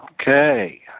Okay